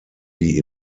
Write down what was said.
die